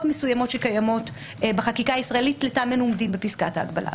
מסוימות שקיימות בחקיקה הישראלית לטעמנו עומדות בפסקת ההגבלה,